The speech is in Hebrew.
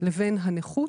לבין הנכות